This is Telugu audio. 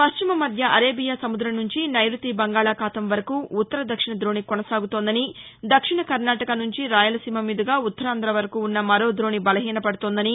పశ్చిమ మధ్య అరేబియా సముద్రం నుంచి నైరుతీ బంగాళాఖాతం వరకు ఉత్తర దక్షిణ ద్రదోణి కొనసాగుతోందని దక్షిణ కర్ణాటక నుంచి రాయలసీమ మీదుగా ఉత్తరాంధ్ర వరకు ఉన్న మరో దోణి బలహీనపడుతోందని